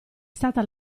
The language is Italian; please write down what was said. stata